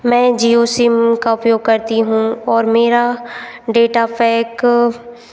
मैं जीउ सीम का उपयोग करती हूँ और मेरा डेटा पैक